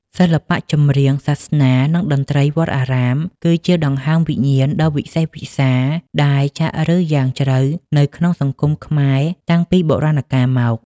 សិល្បៈចម្រៀងសាសនា និងតន្ត្រីវត្តអារាម គឺជាដង្ហើមវិញ្ញាណដ៏វិសេសវិសាលដែលចាក់ឫសយ៉ាងជ្រៅនៅក្នុងសង្គមខ្មែរតាំងពីបុរាណកាលមក។